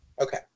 Okay